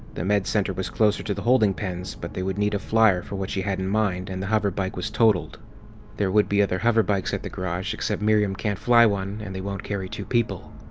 the med center was closer to the holding pens, but they would need a flyer for what she had in mind and the hover bike was totaled there would be other bikes at the garage-except miriam can't fly one and they won't carry two people.